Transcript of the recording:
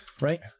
right